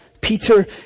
peter